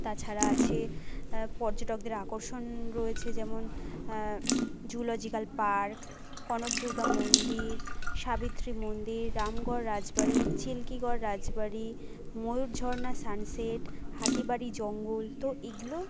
তাছাড়া আছে পর্যটকদের আকর্ষণ রয়েছে যেমন জুলজিক্যাল পার্ক কনক দুর্গা মন্দির সাবিত্রী মন্দির রামগড় রাজবাড়ি চিল্কিগড় রাজবাড়ি ময়ূর ঝর্না সান সেট হাতিবাড়ির জঙ্গল তো এগুলো